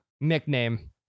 Nickname